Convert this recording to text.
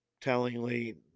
tellingly